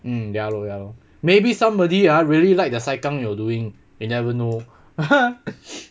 mm ya lor ya lor maybe somebody ah really like the saikang you're doing you never know